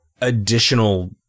additional